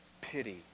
pity